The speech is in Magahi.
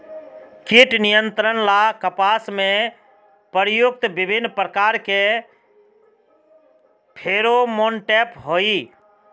कीट नियंत्रण ला कपास में प्रयुक्त विभिन्न प्रकार के फेरोमोनटैप होई?